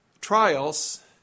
Trials